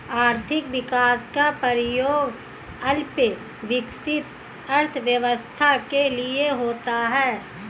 आर्थिक विकास का प्रयोग अल्प विकसित अर्थव्यवस्था के लिए होता है